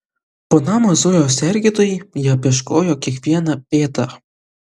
po namą zujo sergėtojai jie apieškojo kiekvieną pėdą